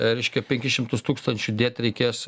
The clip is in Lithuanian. reiškia penkis šimtus tūkstančių dėt reikės